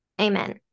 Amen